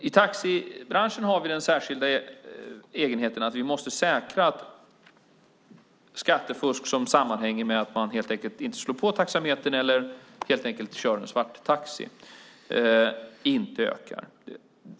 I taxibranschen har vi den särskilda egenheten att vi måste säkra att skattefusk som sammanhänger med att man helt enkelt inte slår på taxametern eller att man kör svarttaxi inte ökar.